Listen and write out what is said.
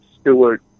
Stewart